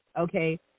okay